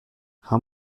how